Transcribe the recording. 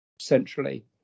centrally